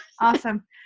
awesome